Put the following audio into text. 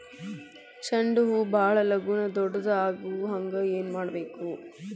ಚಂಡ ಹೂ ಭಾಳ ಲಗೂನ ದೊಡ್ಡದು ಆಗುಹಂಗ್ ಏನ್ ಮಾಡ್ಬೇಕು?